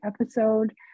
episode